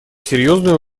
серьезную